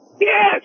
Yes